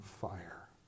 fire